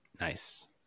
Nice